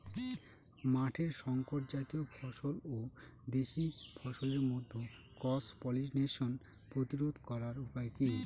মাঠের শংকর জাতীয় ফসল ও দেশি ফসলের মধ্যে ক্রস পলিনেশন প্রতিরোধ করার উপায় কি?